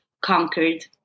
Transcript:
conquered